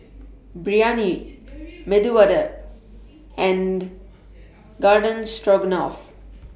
Biryani Medu Vada and Garden Stroganoff